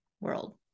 world